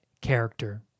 character